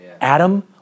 Adam